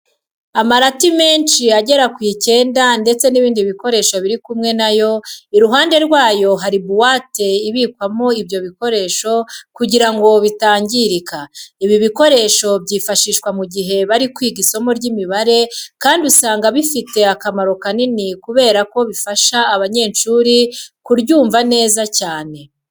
Amarati menshi agera ku icyenda ndetse n'ibindi bikoresho biri kumwe na yo, iruhande rwayo hari buwate ibikwamo ibyo bikoresho kugira ngo bitangirika. Ibi bikoresho byifashishwa mu gihe bari kwiga isomo ry'imibare kandi usanga bifite akamaro kanini kubera ko bifasha abanyeshuri kuryumva neza cyane.